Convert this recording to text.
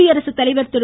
குடியரசுத்தலைவர் திரு